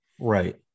right